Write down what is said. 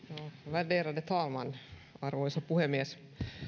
värderade talman arvoisa puhemies